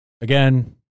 Again